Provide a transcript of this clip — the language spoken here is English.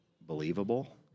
believable